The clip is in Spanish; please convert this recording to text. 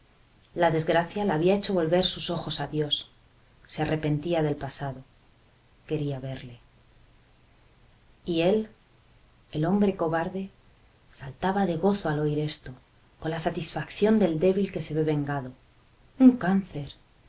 la desgracia la había hecho volver sus ojos a dios se arrepentía del pasado quería verle y él el hombre cobarde saltaba de gozo al oír esto con la satisfacción del débil que se ve vengado un cáncer